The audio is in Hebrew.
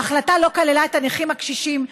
ההחלטה לא כללה את הנכים הקשישים,